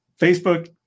Facebook